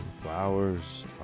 Flowers